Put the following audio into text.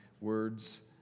words